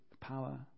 power